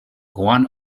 one